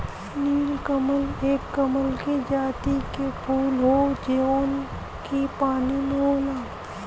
नीलकमल एक कमल के जाति के फूल हौ जौन की पानी में होला